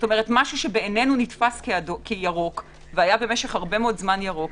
כלומר משהו שבעינינו נתפס כירוק והיה הרבה מאוד זמן ירוק,